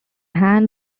hand